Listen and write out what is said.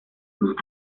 más